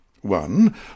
One